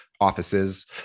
offices